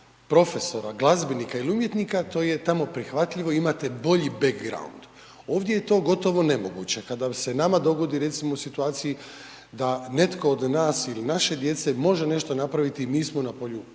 profesora, glazbenika ili umjetnika, to je tamo prihvatljivo i imate bolji background. Ovdje je to gotovo nemoguće. Kada se nama dogoditi recimo u situaciji da netko od nas ili naše djece može nešto napraviti mi smo na polju nepotizma